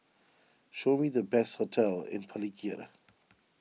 show me the best hotels in Palikirna